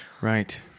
Right